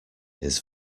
his